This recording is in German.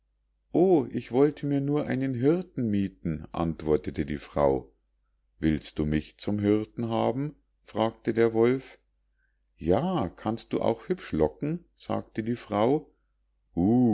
o ich wollte mir nur einen hirten miethen antwortete die frau willst du mich zum hirten haben fragte der wolf ja kannst du auch hübsch locken sagte die frau